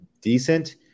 decent